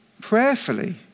prayerfully